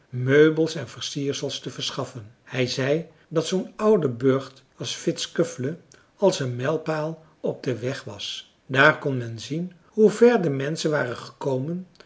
meubels en versiersels te verschaffen hij zei dat zoo'n oude burcht als vittskövle als een mijlpaal op den weg was daar kon men zien hoe ver de menschen waren gekomen